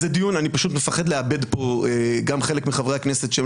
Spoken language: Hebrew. אני מפחד לאבד פה גם חלק מחברי הכנסת שהם